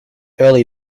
early